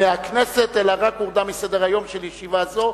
מהכנסת אלא רק הורדה מסדר-היום של ישיבה זו,